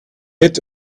yet